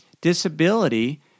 disability